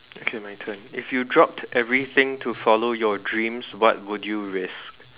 okay my turn if you dropped everything to follow your dreams what would you risk